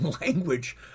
language